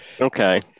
Okay